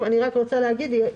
אני רק רוצה להגיד שוב,